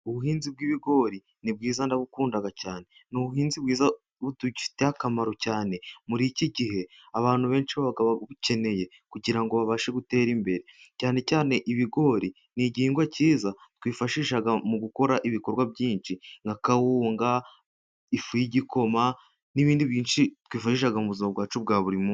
Ubuhinzi bw'ibigori ni bwiza ndabukunda cyane. Ni ubuhinzi bwiza budufitiye akamaro cyane muri iki gihe, abantu benshi bababukeneye kugirango babashe gutera imbere, cyane cyane ibigori ni igihingwa cyiza twifashishaga mu gukora ibikorwa byinshi: nka kawunga, ifu y'igikoma, n'ibindi byinshi twifashashisha mu buzima bwacu bwa buri munsi.